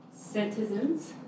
Citizens